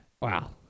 Wow